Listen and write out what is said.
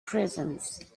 prisons